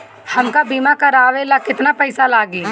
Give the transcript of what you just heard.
हमका बीमा करावे ला केतना पईसा लागी?